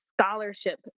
scholarship